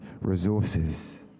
resources